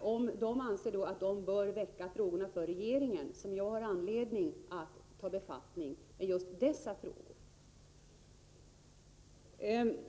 om man där anser att man bör väcka frågorna hos regeringen har jag anledning att ta befattning med just dessa ting.